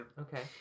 Okay